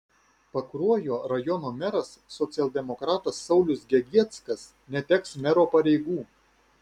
pakruojo rajono meras socialdemokratas saulius gegieckas neteks mero pareigų